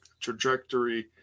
trajectory